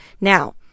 Now